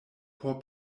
por